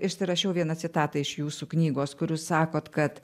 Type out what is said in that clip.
išsirašiau vieną citatą iš jūsų knygos kur jūs sakot kad